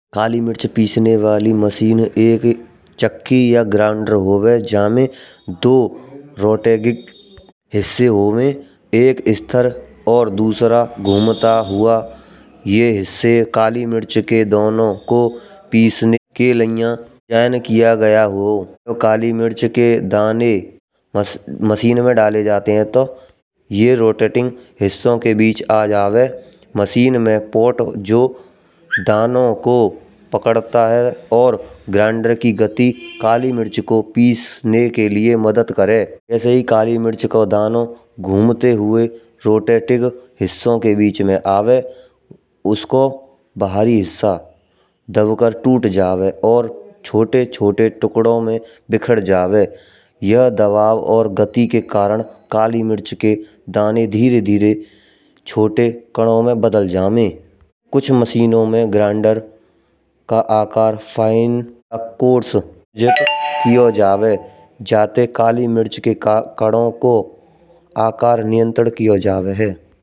कालीमिर्च पीसने वाली मशीन एक चक्की या ग्रैंडर होवे, जमें दो रोटरेटिक हिस्से होवे। एक इस्तर और दूसरा घूमता हुआ। ये हिस्से कालीमिर्च के दानों को पीसने के लिए चयन किया गया हो तो काली मिर्च के दाने मशीन में डाले जाते हैं तो ये रोटरेटिंग हिस्सों के बीच आ जाए। मशीन में पॉट जो दानों को पकड़ता है और ग्रैंडर की गति कालीमिर्च को पीसने के लिए मदद करे। जैसे ही काली मिर्च का दाना घूमते हुए है रोटरेटिक हिस्सों के बीच में आवे, उसको बाहरी हिस्सा दबाकर टूट जाए और छोटे छोटे टुकड़ों में बिखर जाए। यहाँ दबाव और गति के कारण काली मिर्च के दाने धीरे धीरे छोटे कणों में बदल जामे। कुछ मशीनों में ग्रैंडर का आकार फाइन अपकोर्स किया जावोजाते काली मिर्च के कणों को आकार नियंत्रित किया जावे हैं।